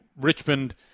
Richmond